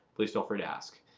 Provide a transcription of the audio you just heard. please feel free to ask.